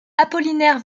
apollinaire